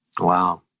Wow